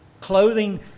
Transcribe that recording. Clothing